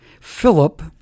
Philip